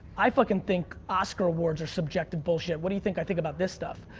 i fuckin' think oscar awards are subjective bullshit. what do you think i think about this stuff.